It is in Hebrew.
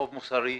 חוב מוסרי.